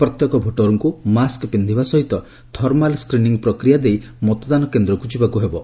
ପ୍ରତ୍ୟେକ ଭୋଟରଙ୍କ ମାସ୍କ ପିନ୍ଧିବା ସହିତ ଥର୍ମାଲ୍ ସ୍କିନିଂ ପ୍ରକ୍ୟା ଦେଇ ମତଦାନ କେନ୍ଦ୍ରକୁ ଯିବାକୁ ପଡ଼ିବ